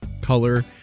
color